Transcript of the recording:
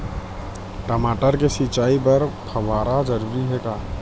टमाटर के सिंचाई बर फव्वारा जरूरी हे का?